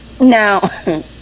now